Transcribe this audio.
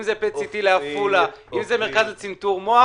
אם זה PET-CT בעפולה ואם זה מרכז לצנתור מוח.